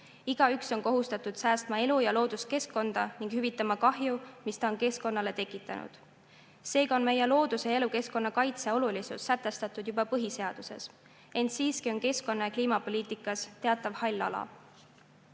"Igaüks on kohustatud säästma elu- ja looduskeskkonda ning hüvitama kahju, mis ta on keskkonnale tekitanud." Seega on meie looduse ja elukeskkonna kaitse olulisus sätestatud juba põhiseaduses. Ent siiski on keskkonna‑ ja kliimapoliitikas teatav hall ala.